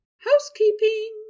housekeeping